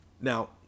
Now